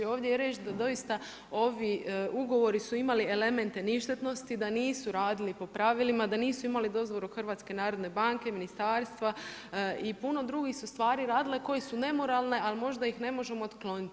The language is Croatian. Ovdje je riječ da doista, ovi ugovori su imali elemente ništetnosti, da nisu radili po pravilima, da nisu imali dozvolu HNB, ministarstva i puno drugih su stvari radile koje su nemoralne, ali možda ih ne možemo otkloniti.